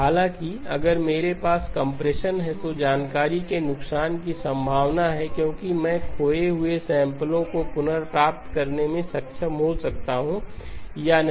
हालांकि अगर मेरे पास कंप्रेशन है तो जानकारी के नुकसान की संभावना है क्योंकि मैं खोए हुए सैंपलो को पुनर्प्राप्त करने में सक्षम हो सकता हूं या नहीं